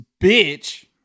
bitch